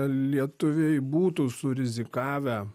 lietuviai būtų surizikavę